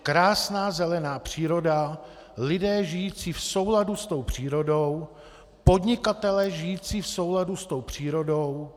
Krásná zelená příroda, lidé žijící v souladu s přírodou, podnikatelé žijící v souladu s přírodou.